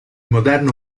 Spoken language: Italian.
moderno